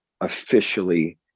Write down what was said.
officially